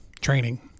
training